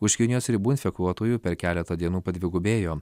už kinijos ribų infekuotųjų per keletą dienų padvigubėjo